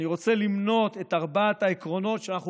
אני רוצה למנות את ארבעת העקרונות שאנחנו